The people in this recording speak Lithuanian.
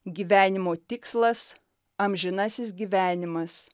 gyvenimo tikslas amžinasis gyvenimas